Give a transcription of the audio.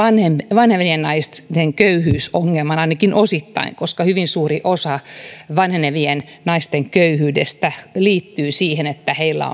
vanhenevien naisten köyhyysongelman ainakin osittain koska hyvin suuri osa vanhenevien naisten köyhyydestä liittyy siihen että heillä